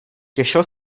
těšil